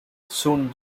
soon